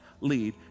lead